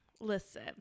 Listen